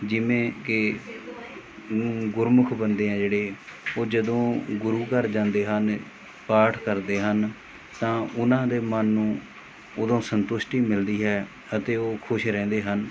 ਜਿਵੇਂ ਕਿ ਊਂ ਗੁਰਮੁਖ ਬੰਦੇ ਹੈ ਜਿਹੜੇ ਉਹ ਜਦੋਂ ਗੁਰੂ ਘਰ ਜਾਂਦੇ ਹਨ ਪਾਠ ਕਰਦੇ ਹਨ ਤਾਂ ਉਹਨਾਂ ਦੇ ਮਨ ਨੂੰ ਉਦੋਂ ਸੰਤੁਸ਼ਟੀ ਮਿਲਦੀ ਹੈ ਅਤੇ ਉਹ ਖੁਸ਼ ਰਹਿੰਦੇ ਹਨ